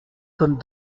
comme